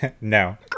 No